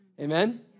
Amen